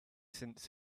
since